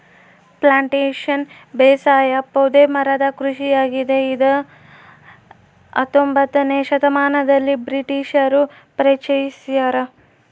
plantation ಬೇಸಾಯ ಪೊದೆ ಮರದ ಕೃಷಿಯಾಗಿದೆ ಇದ ಹತ್ತೊಂಬೊತ್ನೆ ಶತಮಾನದಲ್ಲಿ ಬ್ರಿಟಿಷರು ಪರಿಚಯಿಸ್ಯಾರ